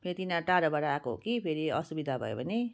फेरि तिनीहरू टाढोबाट आएको हो कि फेरि असुविधा भयो भने